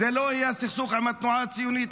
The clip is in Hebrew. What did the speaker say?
זה לא היה סכסוך עם התנועה הציונית.